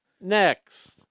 Next